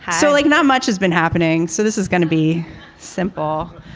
so, like, not much has been happening. so this is gonna be simple.